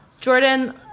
Jordan